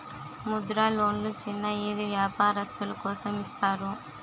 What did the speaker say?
ముద్ర లోన్లు చిన్న ఈది వ్యాపారస్తులు కోసం ఇస్తారు